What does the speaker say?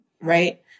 right